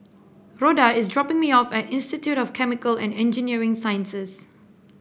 Rhoda is dropping me off at Institute of Chemical and Engineering Sciences